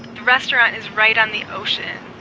the restaurant is right on the ocean,